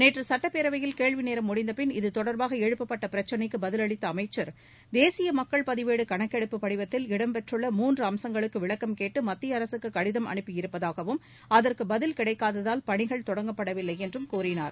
நேற்று சட்டப்பேரவையில் கேள்விநேரம் முடிந்த பின் இத்தொடர்பாக எழுப்பப்பட்ட பிரச்சினைக்கு பதிலளித்த அமைச்சர் தேசிய மக்கள் பதிவேடு கணக்கெடுப்பு படிவத்தில் இடம் பெற்றுள்ள மூன்று அம்சங்களுக்கு விளக்கம் கேட்டு மத்திய அரசுக்கு கடிதம் அனுப்பியிருப்பதாகவும் அதற்கு பதில் கிடைக்காததால் பணிகள் தொடங்கப்படவில்லை என்றும் கூறினார்